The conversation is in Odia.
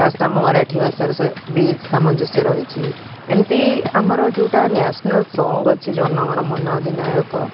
ତା ସହିତ ଆମ ମରାଠୀ ଭାଷାର ବି ସାମଞ୍ଜସ୍ୟ ରହିଛି ଏମିତି ଆମର ଯେଉଁଟା ନ୍ୟାସନାଲ୍ ସଂଗ ଅଛି ଜନଗଣ ମନ ଅଧି ନାୟକ